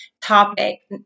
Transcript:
topic